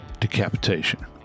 decapitation